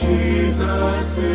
Jesus